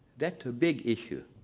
that a big issue.